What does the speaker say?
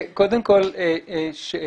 קודם כול שאלה.